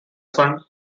son